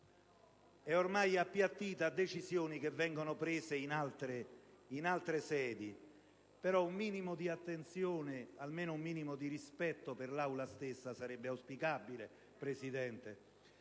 è appiattita su decisioni che vengono prese in altre sedi, però un minimo di attenzione o almeno un minimo di rispetto per l'Aula stessa sarebbe auspicabile. Visto,